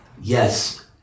yes